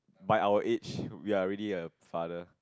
by our age we are already a father